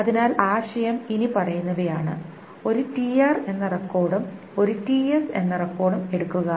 അതിനാൽ ആശയം ഇനിപ്പറയുന്നവയാണ് ഒരു tr എന്ന റെക്കോർഡും ts എന്ന റെക്കോർഡും എടുക്കുക